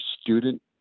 student